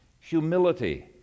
humility